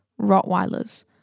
Rottweilers